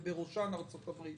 ובראשן ארצות הברית,